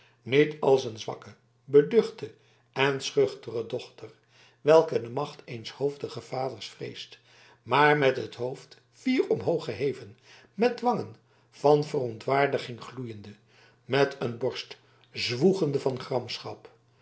niet als een zwakke beduchte en schuchtere dochter welke de macht eens hoofdigen vaders vreest maar met het hoofd fier omhoog geheven met wangen van verontwaardiging gloeiende met een borst zwoegende van